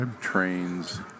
trains